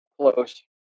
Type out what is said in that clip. close